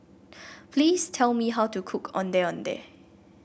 please tell me how to cook Ondeh Ondeh